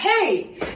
hey